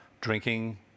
drinking